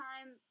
time